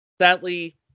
Sadly